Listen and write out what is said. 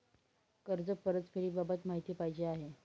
कर्ज परतफेडीबाबत माहिती पाहिजे आहे